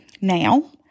Now